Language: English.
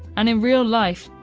and in real life,